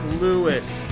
Lewis